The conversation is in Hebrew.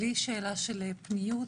בלי שאלה של פניות,